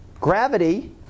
gravity